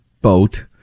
boat